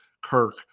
Kirk